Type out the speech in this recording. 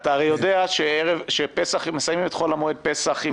אתה הרי יודע שאם מסיימים את חול המועד פסח,